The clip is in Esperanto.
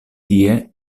tie